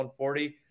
140